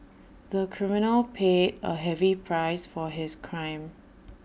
the criminal paid A heavy price for his crime